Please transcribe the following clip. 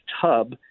tub